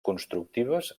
constructives